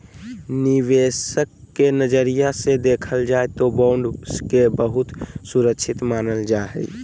निवेशक के नजरिया से देखल जाय तौ बॉन्ड के बहुत सुरक्षित मानल जा हइ